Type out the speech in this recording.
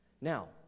now